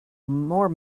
more